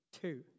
two